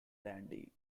dandy